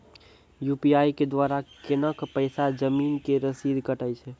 UPI के द्वारा केना कऽ पैसा जमीन के रसीद कटैय छै?